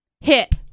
hit